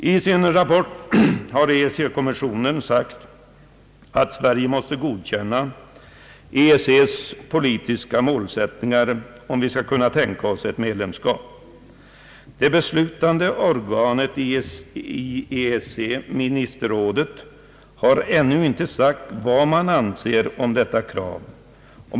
I sin rapport har EEC-kommissionen sagt att Sverige måste godkänna EEC:s politiska målsättningar, om ett medlemskap skall kunna tänkas för vår del. Det beslutande organet inom EEC, ministerrådet, har ännu inte sagt vad man anser om detta krav.